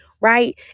right